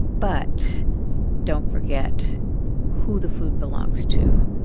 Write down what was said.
but don't forget who the food belongs to.